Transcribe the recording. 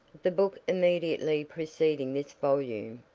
the book immediately preceding this volume,